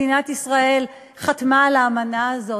מדינת ישראל חתמה על האמנה הזאת.